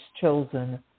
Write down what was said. chosen